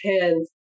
hands